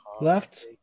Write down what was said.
left